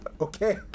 okay